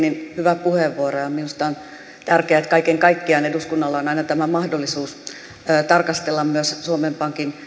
hyvä puheenvuoro minusta on tärkeää että kaiken kaikkiaan eduskunnalla on aina tämä mahdollisuus tarkastella myös suomen pankin